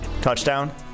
touchdown